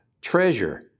treasure